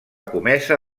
comesa